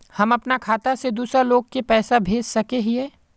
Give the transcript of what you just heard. हम अपना खाता से दूसरा लोग के पैसा भेज सके हिये?